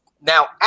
Now